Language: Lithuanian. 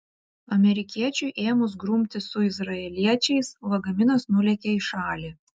amerikiečiui ėmus grumtis su izraeliečiais lagaminas nulėkė į šalį